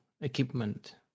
equipment